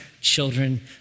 children